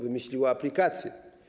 Wymyśliło aplikację.